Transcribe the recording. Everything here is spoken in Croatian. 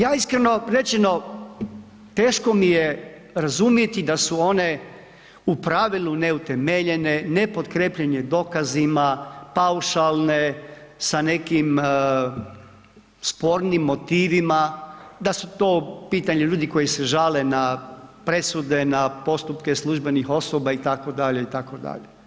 Ja iskreno rečeno, teško mi je razumjeti da su one u pravilu neutemeljene, nepotkrjepljenje dokazima, paušalne, sa nekim spornim motivima, da su to pitanja ljudi koji se žale na presude, na postupke službenih osoba itd. itd.